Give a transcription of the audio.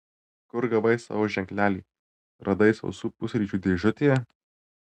kur gavai savo ženklelį radai sausų pusryčių dėžutėje